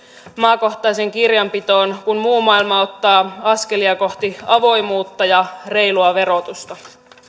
maakohtaiseen kirjanpitoon kun muu maailma ottaa askelia kohti avoimuutta ja reilua verotusta